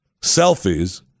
selfies